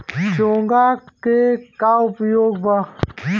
चोंगा के का उपयोग बा?